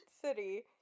city